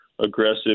aggressive